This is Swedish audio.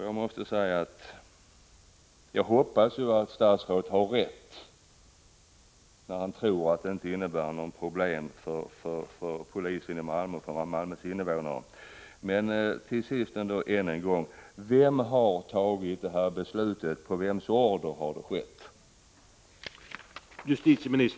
Jag hoppas naturligtvis att statsrådet har rätt när han tror att beslutet inte innebär något problem för polisen i Malmö och för Malmös invånare. Men till sist vill jag ännu en gång fråga: Vem har fattat det här beslutet? På vems order har detta skett?